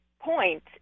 point